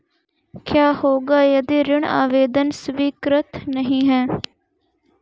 क्या होगा यदि ऋण आवेदन स्वीकृत नहीं है?